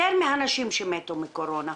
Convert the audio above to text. יותר מהנשים שמתו מקורונה.